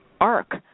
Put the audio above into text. arc